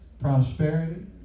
prosperity